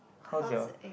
how is your